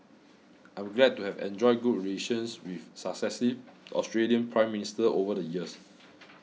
I am glad to have enjoyed good relations with successive Australian Prime Ministers over the years